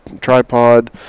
tripod